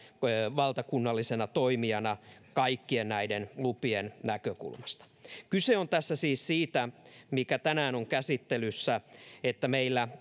valtakunnallisena toimijana kaikkien näiden lupien näkökulmasta kyse tässä mikä tänään on käsittelyssä on siis siitä että meillä